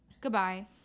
Goodbye